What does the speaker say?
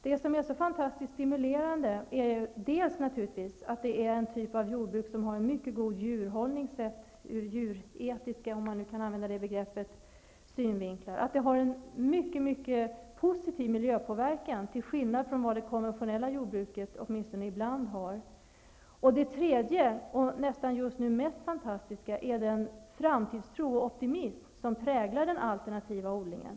Det är fantastiskt stimulerande dels att detta jordbruk har en mycket god djurhållning om man ser det ur djuretisk synvinkel, dels att det också har en mycket positiv miljöpåverkan, till skillnad från vad det konventionella jordbruket ibland har. Det tredje och mest fantastiska är den framtidstro och optimism som präglar den alternativa odlingen.